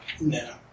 No